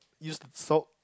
use salt